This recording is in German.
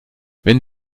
wenn